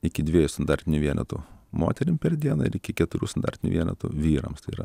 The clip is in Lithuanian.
iki dviejų standartinių vienetų moterim per dieną ir iki keturių standartinių vienetų vyrams tai yra